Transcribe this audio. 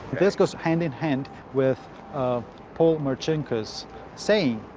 this goes hand in hand with um paul marcinkus saying,